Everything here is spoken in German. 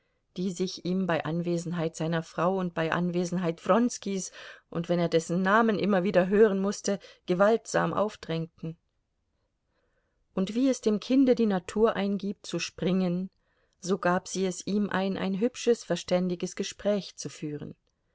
die sich ihm bei anwesenheit seiner frau und bei anwesenheit wronskis und wenn er dessen namen immer wieder hören mußte gewaltsam aufdrängten und wie es dem kinde die natur eingibt zu springen so gab sie es ihm ein ein hübsches verständiges gespräch zu führen